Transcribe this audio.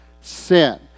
sin